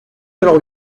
alors